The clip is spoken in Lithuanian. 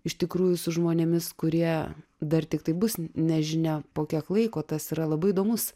iš tikrųjų su žmonėmis kurie dar tiktai bus nežinia po kiek laiko tas yra labai įdomus